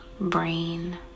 brain